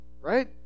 Right